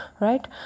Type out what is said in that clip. right